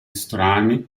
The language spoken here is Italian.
strani